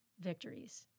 victories